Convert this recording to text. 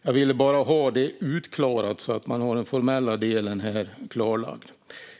Jag vill bara ha den formella delen klarlagd.